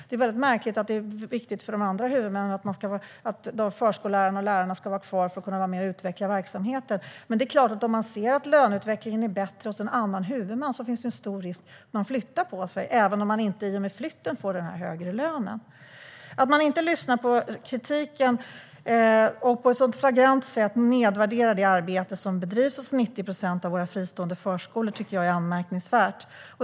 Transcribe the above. Det är väldigt märkligt att det är viktigt för de andra huvudmännen att förskollärarna och lärarna ska vara kvar för att kunna vara med och utveckla verksamheten. Om man ser att löneutvecklingen är bättre hos en annan huvudman finns det en stor risk att man flyttar på sig, även om man inte i och med flytten får den högre lönen. Att regeringen inte lyssnar på kritiken och på ett så flagrant sätt nedvärderar det arbete som bedrivs hos 90 procent av våra fristående förskolor tycker jag är anmärkningsvärt.